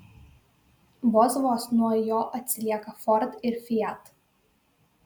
vos vos nuo jo atsilieka ford ir fiat